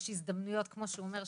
יש הזדמנויות כמו שהוא אומר,